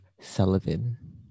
Sullivan